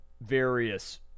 various